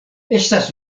estas